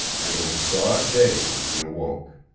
and it was broad day when he awoke.